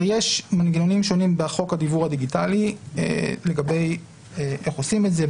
יש מנגנונים שונים בחוק הדיוור הדיגיטלי לגבי איך עושים את זה,